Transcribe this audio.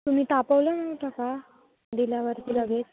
तुम्ही तापवलं नव्हतं का दिल्यावरती लगेच